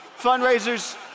fundraisers